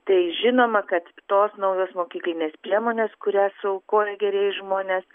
tai žinoma kad tos naujos mokyklinės priemonės kurias suaukoja gerieji žmonės